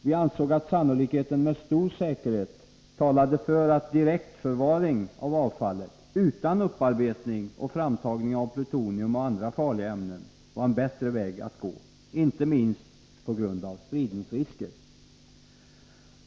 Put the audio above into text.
Vi ansåg att sannolikheten var stor för att direktförvaring av avfallet, utan upparbetning och framtagning av plutonium och andra farliga ämnen, var en bättre väg att gå, inte minst på grund av spridningsrisken.